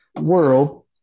world